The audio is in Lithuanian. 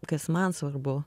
kas man svarbu